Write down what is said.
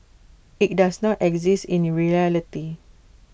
IT does not exist in reality